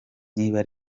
niba